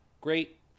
great